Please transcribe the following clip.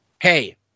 Hey